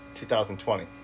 2020